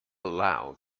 allowed